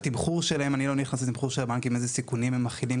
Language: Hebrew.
אני לא נכנס לתמחור שלהם ולסיכונים של זה,